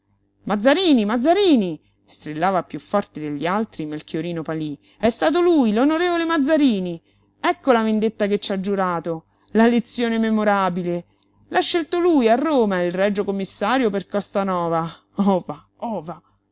mazzarini mazzarini strillava piú forte degli altri melchiorino palí è stato lui l'on mazzarini ecco la vendetta che ci ha giurato la lezione memorabile l'ha scelto lui a roma il regio commissario per costanova ova